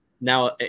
Now